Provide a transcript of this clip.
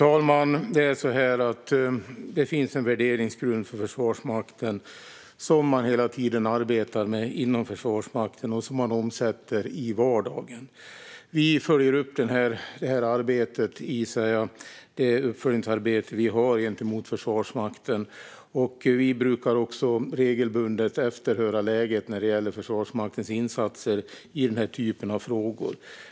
Herr talman! Det finns en värdegrund för Försvarsmakten som man hela tiden arbetar med och som man omsätter i vardagen. Vi följer upp det arbetet genom vårt uppföljningsarbete gentemot Försvarsmakten. Vi brukar också regelbundet efterhöra läget när det gäller Försvarsmaktens insatser i den typen av frågor.